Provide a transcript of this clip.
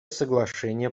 соглашение